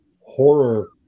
horror